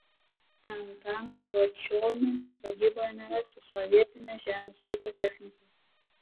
antano juočionio sodyboje nerasi sovietinės žemės ūkio technikos